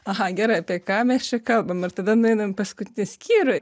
aha gerai apie ką mes čia kalbam ir tada nueinam į paskutinį skyrių